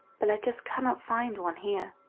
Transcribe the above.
but i just cannot find one here.